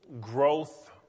growth